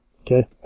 Okay